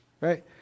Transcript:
Right